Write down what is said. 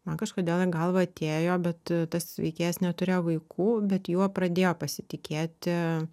man kažkodėl į galvą atėjo bet tas veikėjas neturėjo vaikų bet juo pradėjo pasitikėti